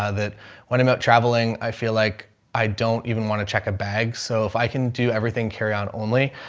ah that when i'm out traveling i feel like i don't even want to check a bag. so if i can do everything carry on only,